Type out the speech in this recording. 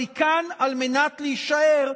אבל היא כאן על מנת להישאר,